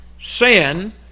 sin